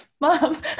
mom